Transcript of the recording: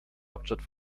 hauptstadt